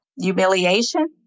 Humiliation